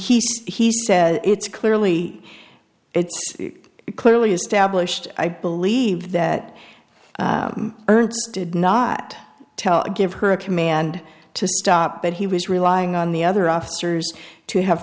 says he says it's clearly it's clearly established i believe that did not tell give her a command to stop but he was relying on the other officers to have